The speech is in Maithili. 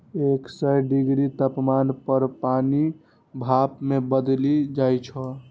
एक सय डिग्री तापमान पर पानि भाप मे बदलि जाइ छै